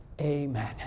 Amen